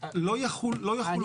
לא יחולו